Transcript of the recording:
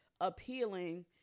appealing